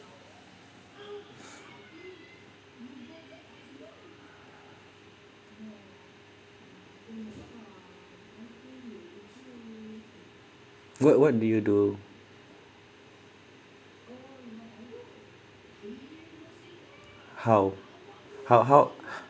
then what did you do how how how